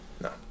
No